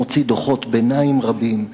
הוא מוציא דוחות ביניים רבים,